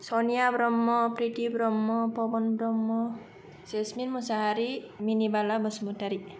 Sonia Brahma Priti Brahma Pabon Brahma Jesmin Musahary Minibala Basumatary